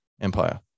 Empire